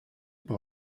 par